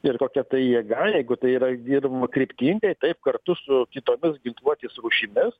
ir tokia tai jėga jeigu tai yra dirbama kryptingai taip kartu su kitomis ginkluotės rūšimis